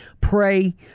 pray